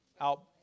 out